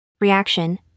Reaction